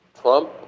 Trump